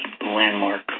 landmark